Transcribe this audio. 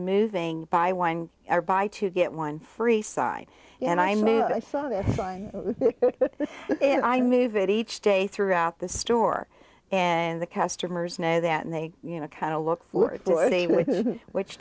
moving buy wine or buy to get one free side and i mean i saw that if i move it each day throughout the store and the customers know that they you know kind of look forward which